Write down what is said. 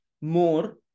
more